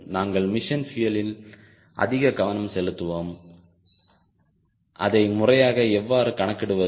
நாங்கள் மிஷன் பியூயலில் அதிக கவனம் செலுத்துவோம் அதை முறையாக எவ்வாறு கணக்கிடுவது